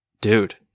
Dude